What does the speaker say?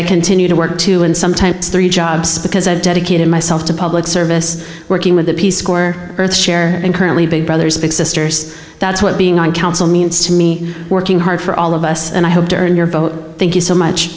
i continue to work two and sometimes three jobs because i dedicated myself to public service working with the peace corps chair and currently big brothers big sisters that's what being on council means to me working hard for all of us and i hope to earn your vote thank you so much